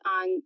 on